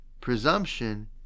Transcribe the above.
presumption